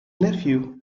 nephew